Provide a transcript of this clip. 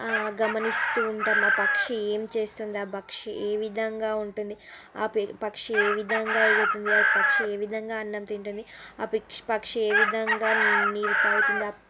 గమనిస్తూ ఉంటాము ఆ పక్షి ఏం చేస్తుంది ఆ పక్షి ఏ విధంగా ఉంటుంది ఆ ప పక్షి ఏ విధంగా ఎగురుతుంది ఆ పక్షి ఏ విధంగా అన్నం తింటుంది ఆ పిక్షి పక్షి ఏ విధంగా నీరు తాగుతుంది